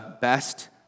best